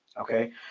Okay